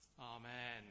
Amen